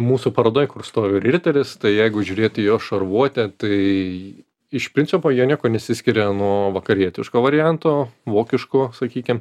mūsų parodoj kur stovi riteris tai jeigu žiūrėt į jo šarvuotę tai iš principo jie niekuo nesiskiria nuo vakarietiško varianto vokiško sakykim